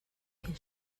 cyn